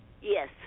Yes